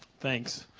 thanks